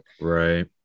Right